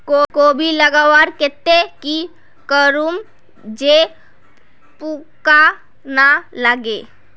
कोबी लगवार केते की करूम जे पूका ना लागे?